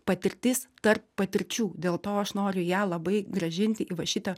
patirtis tarp patirčių dėl to aš noriu ją labai grąžinti į va šitą